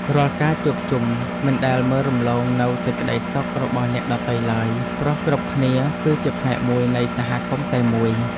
រាល់ការជួបជុំមិនដែលមើលរំលងនូវសេចក្ដីសុខរបស់អ្នកដទៃឡើយ ព្រោះគ្រប់គ្នាគឺជាផ្នែកមួយនៃសហគមន៍តែមួយ។